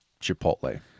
chipotle